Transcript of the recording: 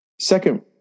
Second